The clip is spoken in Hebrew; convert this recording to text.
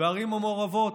והערים המעורבות,